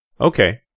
Okay